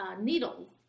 needles